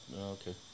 Okay